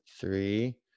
three